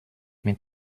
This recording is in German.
mit